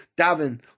Davin